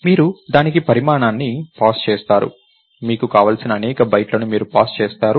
మీరు దానికి పరిమాణాన్ని పాస్ చేస్తారు మీకు కావలసిన అనేక బైట్లను మీరు పాస్ చేస్తారు